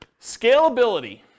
Scalability